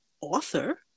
author